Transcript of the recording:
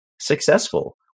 successful